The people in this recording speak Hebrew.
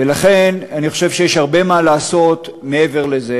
ולכן, אני חושב שיש הרבה מה לעשות מעבר לזה.